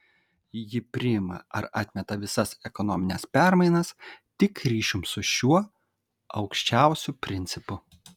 ji priima ar atmeta visas ekonomines permainas tik ryšium su šiuo aukščiausiu principu